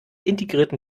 integrierten